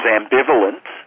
ambivalent